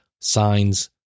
signs